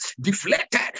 deflected